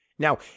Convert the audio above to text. Now